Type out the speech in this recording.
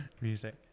Music